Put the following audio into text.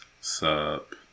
Sup